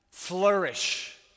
flourish